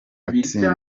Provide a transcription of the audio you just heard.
atsinda